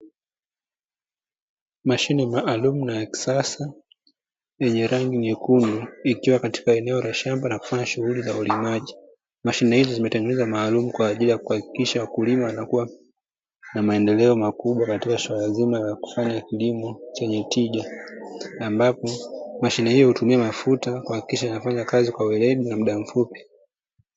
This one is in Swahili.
Mashine maalumu na ya kisasa yenye rangi nyekundu, ikiwa katika eneo la shamba na kufanya shughuli za ulimaji. Mashine hizi zimetengenezwa maalumu kwa ajili ya kuhakikisha wakulima wanakuwa na maendeleo makubwa katika suala zima la kufanya kilimo chenye tija, ambapo mashine hiyo hutumia mafuta kuhakikisha inafanya kazi kwa weledi na muda mfupi.